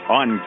on